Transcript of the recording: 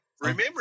remember